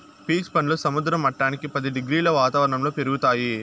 peach పండ్లు సముద్ర మట్టానికి పది డిగ్రీల వాతావరణంలో పెరుగుతాయి